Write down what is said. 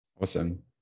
Awesome